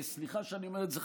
סליחה שאני אומר את זה,